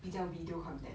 比较 video content